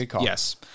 Yes